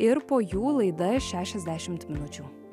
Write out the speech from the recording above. ir po jų laida šešiasdešimt minučių